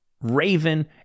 raven